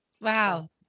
Wow